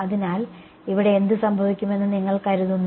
അതിനാൽ ഇവിടെ എന്ത് സംഭവിക്കുമെന്ന് നിങ്ങൾ കരുതുന്നു